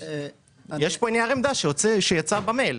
יש פה נייר עמדה שיצא במייל.